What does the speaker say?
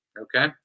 Okay